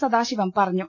സദാശിവം പറഞ്ഞു